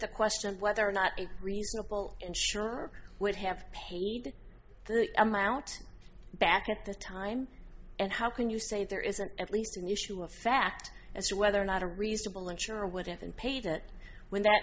the question whether or not a reasonable insurer would have paid the amount back at the time and how can you say there isn't at least an issue of fact as to whether or not a reasonable insurer would have and paid it when that